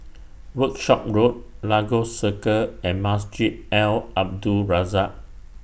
Workshop Road Lagos Circle and Masjid Al Abdul Razak